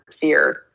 FEARS